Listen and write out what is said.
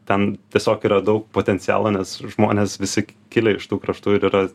ten tiesiog yra daug potencialo nes žmonės visi kilę iš tų kraštų ir yra